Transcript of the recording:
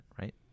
Right